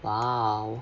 !wow!